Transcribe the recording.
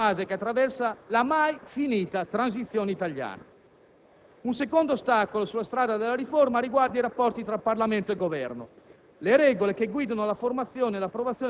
una riprova della difficile fase che attraversa la mai finita transizione italiana. Un secondo ostacolo sulla strada della riforma riguarda i rapporti tra Parlamento e Governo.